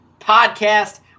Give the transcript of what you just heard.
podcast